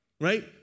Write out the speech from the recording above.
right